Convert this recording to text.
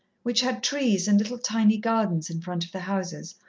which had trees and little tiny gardens in front of the houses,